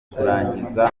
kurangiza